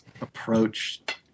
approach